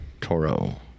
Toro